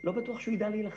לא בטוח שהוא יידע להילחם.